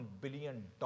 billion